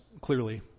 clearly